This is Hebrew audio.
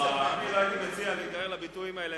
אני לא הייתי מציע להיגרר לביטויים האלה,